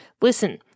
Listen